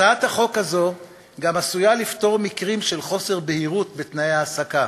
הצעת החוק הזאת גם עשויה לפתור מקרים של חוסר בהירות בתנאי ההעסקה